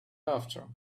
after